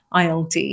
ILD